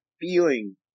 feeling